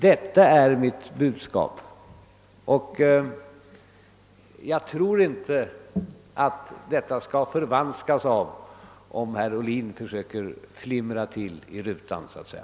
Detta är mitt budskap, och jag tror inte att det skall förvanskas om herr Ohlin försöker flimra till i rutan, så att säga.